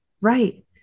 Right